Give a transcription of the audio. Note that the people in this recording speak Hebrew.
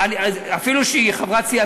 אפילו שהיא חברת סיעתך,